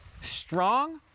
strong